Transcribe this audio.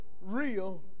real